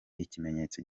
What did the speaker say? ikimenyetso